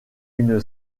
une